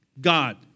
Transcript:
God